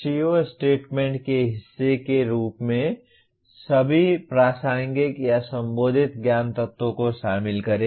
CO statement के हिस्से के रूप में सभी प्रासंगिक या संबोधित ज्ञान तत्वों को शामिल करें